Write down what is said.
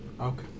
Okay